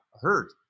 hurt